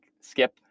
skip